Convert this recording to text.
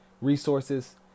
resources